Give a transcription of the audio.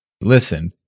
Listen